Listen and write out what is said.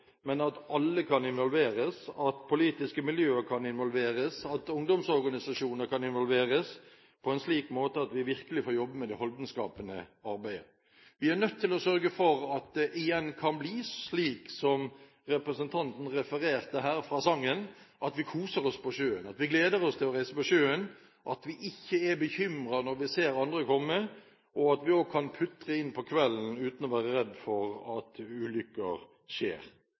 men at alle kan involveres – at politiske miljøer kan involveres, at ungdomsorganisasjoner kan involveres – på en slik måte at vi virkelig får jobbet med det holdningsskapende arbeidet. Vi er nødt til å sørge for at det igjen kan bli slik representanten her refererte fra sangen, at vi koser oss på sjøen, at vi gleder oss til å reise på sjøen, at vi ikke er bekymret når vi ser andre komme, og at vi også kan putre inn på kvelden uten å være redd for at ulykker skjer.